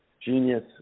genius